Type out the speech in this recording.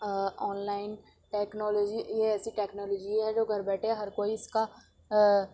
on line technology یہ ایسی technology ہے جو گھر بیٹھے ہر کوئی اس کا